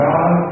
God